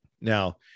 Now